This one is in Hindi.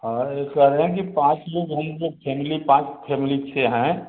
हाँ ये कह रहे हैं कि पाँच लोग जाऍंगे फेमिली पाँच फेमिली से हैं